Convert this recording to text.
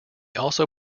also